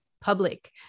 public